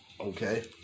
Okay